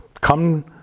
Come